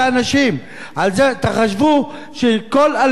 תחשבו שכל אלפי הבתים האלה,